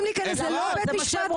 כאן זה לא בית משפט.